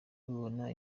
nubona